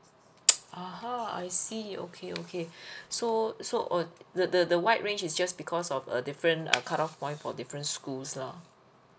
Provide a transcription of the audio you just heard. (uh huh) I see okay okay so so oh the the the wide range is just because of a different uh cut off point for different schools lah